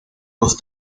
los